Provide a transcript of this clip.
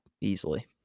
easily